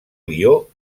lió